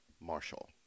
Marshall